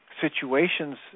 situations